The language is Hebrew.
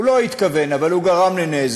הוא לא התכוון אבל הוא גרם לנזק,